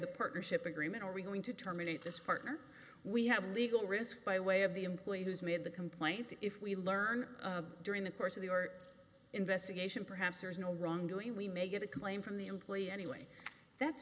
the partnership agreement are we going to terminate this partner we have a legal risk by way of the employee who's made the complaint if we learn during the course of the art investigation perhaps there's no wrongdoing we may get a claim from the employee anyway that's